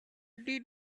did